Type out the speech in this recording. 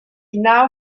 now